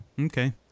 Okay